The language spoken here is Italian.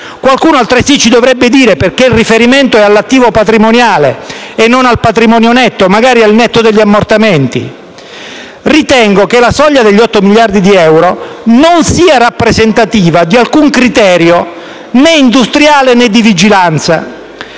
Qualcuno altresì ci dovrebbe dire perché il riferimento è all'attivo patrimoniale e non al patrimonio netto, magari al netto degli ammortamenti. Ritengo che la soglia degli 8 miliardi di euro non sia rappresentativa di alcun criterio né industriale né di vigilanza.